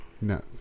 no